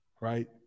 right